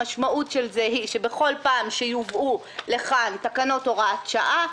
המשמעות של זה היא שבכל פעם שיובאו לכאן תקנות הוראת שעה,